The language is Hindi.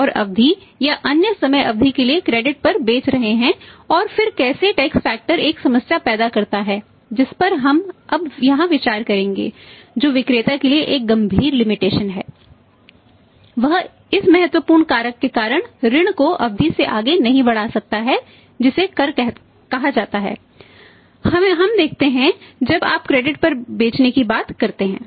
और यह टैक्स फैक्टर पर बेचने की बात करते हैं